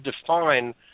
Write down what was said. define